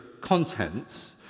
contents